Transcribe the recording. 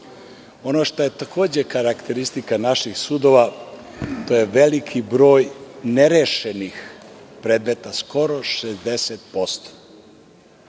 što je takođe karakteristika naših sudova, to je veliki broj nerešenih predmeta, skoro 60%